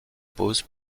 pause